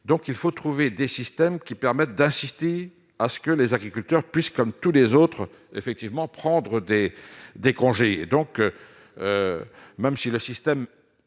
donc il faut trouver des systèmes qui permettent d'assister à ce que les agriculteurs puissent, comme tous les autres effectivement prendre des des congés donc, même si le système,